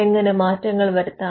എങ്ങനെ മാറ്റങ്ങൾ വരുത്താം